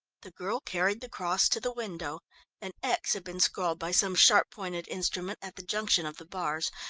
the girl carried the cross to the window an x had been scrawled by some sharp-pointed instrument at the junction of the bars.